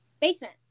basement